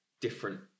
different